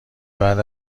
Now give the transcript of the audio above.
بعد